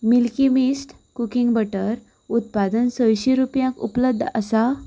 milky Mist cooking butter उत्पादन सयशी रुपयाक उपलब्द आसा